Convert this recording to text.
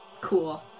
cool